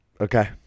Okay